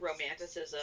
romanticism